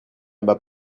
bas